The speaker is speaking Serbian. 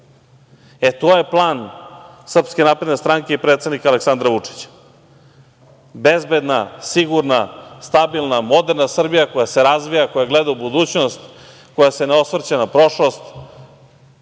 cela Srbija. To je plan SNS i predsednika Aleksandra Vučića, bezbedna, sigurna, stabilna, moderna Srbija, koja se razvija i gleda u budućnost, koja se ne osvrće na prošlost,